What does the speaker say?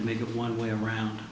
to make it one way around